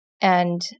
And-